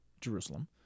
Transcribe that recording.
Jerusalem